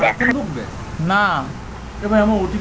grain শস্য বা খাদ্য কার্ট গাড়িতে করে তুলে নিয়ে যায়